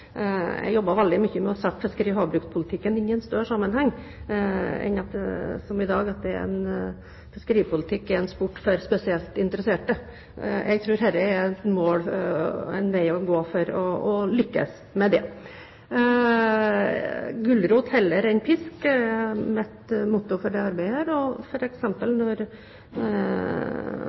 enn, som i dag, at fiskeripolitikk er en sport for spesielt interesserte. Jeg tror dette er en vei å gå for å lykkes med det. Gulrot heller enn pisk er mitt motto for dette arbeidet, og